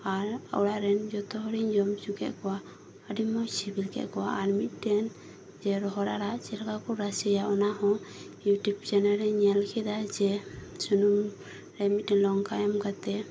ᱟᱨ ᱚᱲᱟᱜ ᱨᱮᱱ ᱡᱚᱛᱚ ᱦᱚᱲᱮᱧ ᱡᱚᱢ ᱚᱪᱚ ᱠᱮᱫ ᱠᱚᱣᱟ ᱟᱹᱰᱤ ᱢᱚᱸᱡᱽ ᱥᱤᱵᱤᱞ ᱠᱮᱫ ᱠᱚᱣᱟ ᱟᱨ ᱢᱤᱫ ᱴᱮᱱ ᱨᱚᱦᱚᱲ ᱟᱲᱟᱜ ᱪᱮᱫ ᱞᱮᱠᱟ ᱠᱚ ᱨᱟᱥᱮᱭᱟ ᱚᱱᱟ ᱦᱚᱸ ᱤᱭᱩ ᱴᱤᱭᱩᱵᱽ ᱪᱮᱱᱮᱞ ᱨᱮᱧ ᱧᱮᱞ ᱠᱮᱫᱟ ᱡᱮ ᱥᱱᱩᱢ ᱨᱮ ᱢᱤᱫᱴᱟᱝ ᱞᱚᱝᱠᱟ ᱮᱢ ᱠᱟᱛᱮᱫ